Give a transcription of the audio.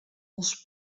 els